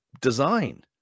design